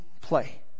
play